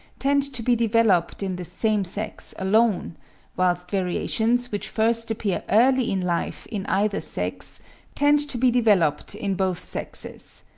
tend to be developed in the same sex alone whilst variations which first appear early in life in either sex tend to be developed in both sexes.